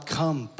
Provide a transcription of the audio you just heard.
come